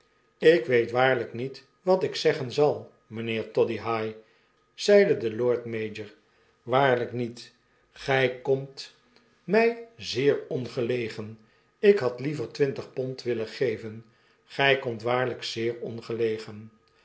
ik weet waarlijk niet wat ik zeggen zal mijnheer toddyhigh i zeide de lord mayor waarltfk niet gij komt mg zeer ongelegen ik had liever twintig pond willen geven gfl komt waariyk zeer ongelegen